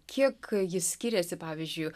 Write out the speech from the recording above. kiek jis skiriasi pavyzdžiui